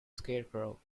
scarecrow